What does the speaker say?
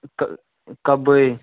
क कबइ